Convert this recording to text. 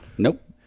Nope